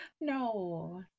No